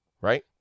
Right